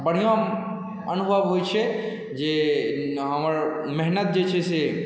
बढ़िऑं अनुभव होइ छै जे हमर मेहनत जे छै से